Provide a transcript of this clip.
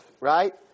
right